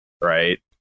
right